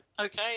okay